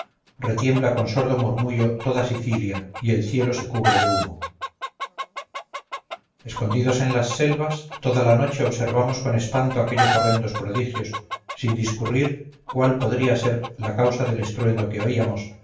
retiembla con sordo murmullo toda sicilia y el cielo se cubre de humo escondidos en las selvas toda la noche observamos con espanto aquellos horrendos prodigios sin discurrir cuál podía ser la causa del estruendo que oíamos